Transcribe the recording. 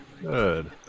Good